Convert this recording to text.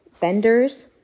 vendors